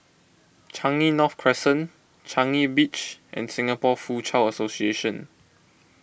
Changi North Crescent Changi Beach and Singapore Foochow Association